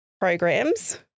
programs